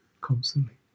constantly